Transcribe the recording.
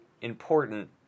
important